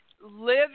live